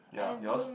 ya yours